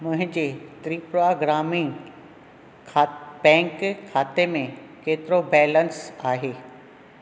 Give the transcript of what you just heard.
मुंहिंजे त्रिपुरा ग्रामीण खा बैंक खाते में केतिरो बैलेंस आहे